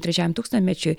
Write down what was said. trečiajam tūkstantmečiui